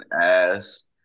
ass